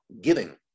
giving